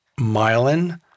myelin